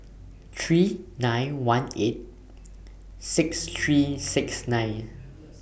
three nine one eight six three six nine